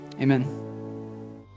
amen